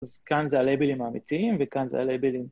אז כאן זה הלייבלים האמיתיים וכאן זה הלייבלים...